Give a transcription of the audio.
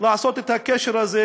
לעשות את הקשר הזה,